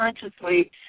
consciously